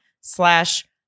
slash